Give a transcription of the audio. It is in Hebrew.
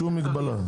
שום מגבלה.